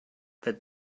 that